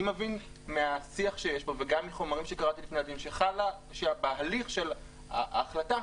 אני מבין מהשיח שיש כאן וגם מחומרים שקראתי לפני הדיון שבהליך של ההחלטה